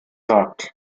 sagt